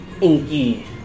inky